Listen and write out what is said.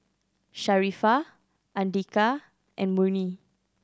Sharifah Andika and Murni